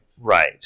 right